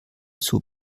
zur